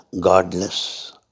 Godless